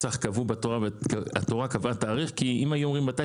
קבעו תאריך לפסח כי אם היו קובעים אותו למתי